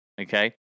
okay